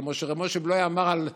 כמו שהרב משה בלוי אמר על בלפור: